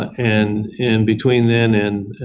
and and between then and